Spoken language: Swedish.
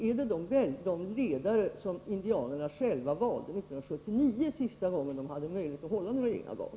Är det de ledare som indianerna själva valde 1979, då de sista gången hade möjlighet att hålla några egna val?